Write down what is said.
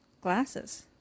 glasses